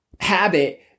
habit